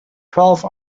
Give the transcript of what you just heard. twelve